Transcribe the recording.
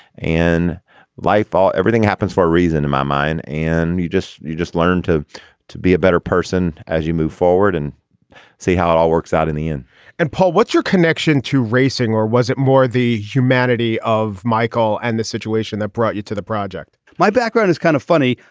and life all. everything happens for a reason in my mind. and you just you just learn to to be a better person as you move forward and see how it all works out in the end and paul what's your connection to racing or was it more the humanity of michael and the situation that brought you to the project my background is kind of funny.